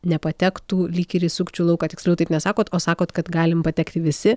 nepatektų lyg ir į sukčių lauką tiksliau taip nesakot o sakot kad galim patekti visi